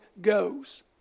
goes